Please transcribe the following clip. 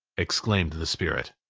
exclaimed the spirit.